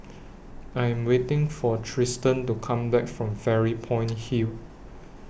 I Am waiting For Tristan to Come Back from Fairy Point Hill